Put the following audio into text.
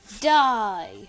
Die